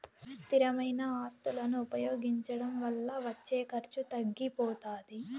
స్థిరమైన ఆస్తులను ఉపయోగించడం వల్ల వచ్చే ఖర్చు తగ్గిపోతాది